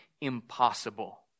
impossible